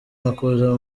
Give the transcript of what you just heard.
makuza